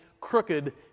crooked